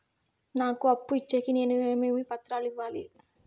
నాకు అప్పు ఇచ్చేకి నేను ఏమేమి పత్రాలు ఇవ్వాలి